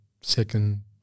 second